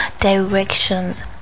directions